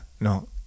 No